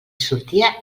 sortia